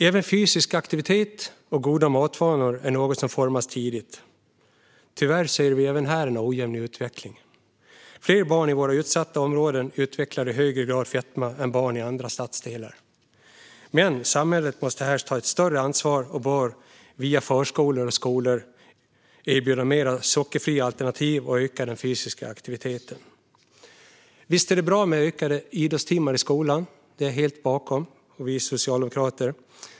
Även fysisk aktivitet och goda matvanor är något som formas tidigt. Tyvärr ser vi även här en ojämn utveckling. Barn i våra utsatta områden utvecklar i högre grad fetma än barn i andra stadsdelar. Samhället måste här ta ett större ansvar och bör via förskolor och skolor erbjuda mer sockerfria alternativ och öka den fysiska aktiviteten. Visst är det bra med fler idrottstimmar i skolan - det står jag och Socialdemokraterna helt bakom.